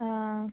ആ